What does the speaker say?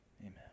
Amen